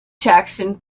jackson